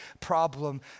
problem